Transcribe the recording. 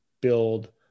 build